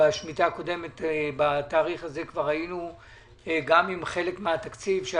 בשמיטה הקודמת בתאריך הזה היינו כבר גם עם חלק מן התקציב.